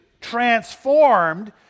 transformed